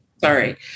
Sorry